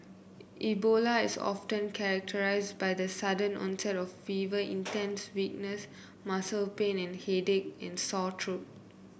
Ebola is often characterised by the sudden onset of fever intense weakness muscle pain and headache and sore throat